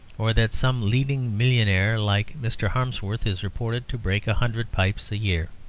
or that some leading millionaire like mr. harmsworth is reported to break a hundred pipes a year.